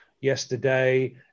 yesterday